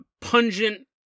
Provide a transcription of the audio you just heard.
pungent